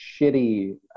shitty